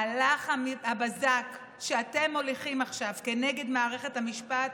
מהלך הבזק שאתם מוליכים עכשיו כנגד מערכת המשפט